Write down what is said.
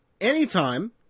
anytime